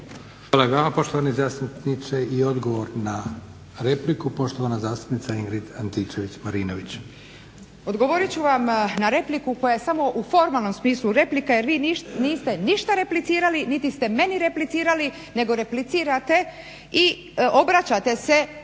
Hvala i vama poštovani zastupniče. I odgovor na repliku poštovana zastupnica Ingrid Antičević-Marinović. **Antičević Marinović, Ingrid (SDP)** Odgovorit ću vam na repliku koja je samo u formalnom smislu replika, jer vi niste ništa replicirali, niti ste meni replicirali, nego replicirate i obraćate se